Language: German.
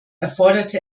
erforderte